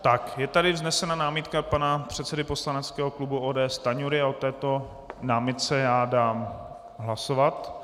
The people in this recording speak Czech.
Tak je tady vznesena námitka pana předsedy poslaneckého klubu ODS Stanjury a o této námitce já dám hlasovat.